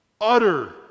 utter